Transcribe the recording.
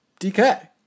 DK